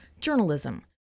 journalism